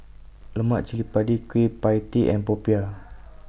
Lemak Cili Padi Kueh PIE Tee and Popiah